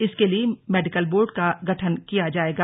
इसके लिए medical board का भी गठन किया जायेगा